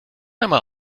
einmal